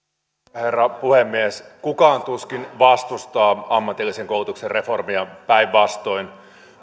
herra puhemies kukaan tuskin vastustaa ammatillisen koulutuksen reformia päinvastoin